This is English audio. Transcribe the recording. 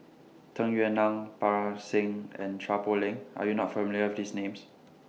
Tung Yue Nang Parga Singh and Chua Poh Leng Are YOU not familiar with These Names